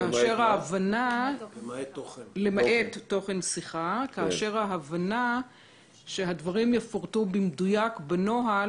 יש הבנה שהדברים יפורטו במדויק בנוהל